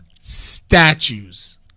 statues